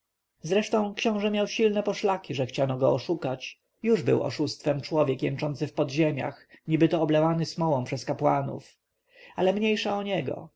książę miał silne poszlaki że chciano go oszukać już był oszustwem człowiek jęczący w podziemiach niby to oblewany smołą przez kapłanów ale mniejsza o niego